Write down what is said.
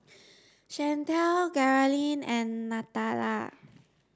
Shantel Geralyn and Nathalia